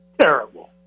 Terrible